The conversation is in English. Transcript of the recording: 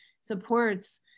supports